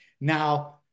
Now